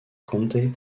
comte